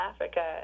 Africa